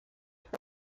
for